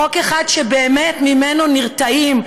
חוק אחד שממנו באמת נרתעים,